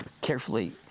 carefully